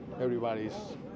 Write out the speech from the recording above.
Everybody's